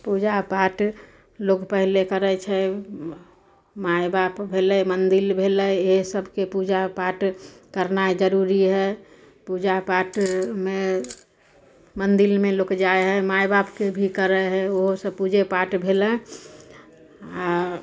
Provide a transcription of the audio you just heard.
पूजा पाठ लोक पहले करै छै माइ बाप भेलै मन्दिर भेलै इएहसबके पूजा पाठ करनाइ जरूरी हइ पूजा पाठमे मन्दिरमे लोक जाइ हइ माइ बापके भी करै हइ ओहो सब पूजे पाठ भेलै आओर